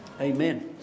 amen